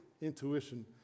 intuition